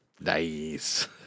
Nice